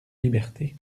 liberté